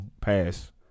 pass